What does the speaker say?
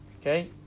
Okay